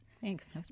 Thanks